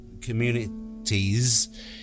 Communities